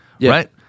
right